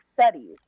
studies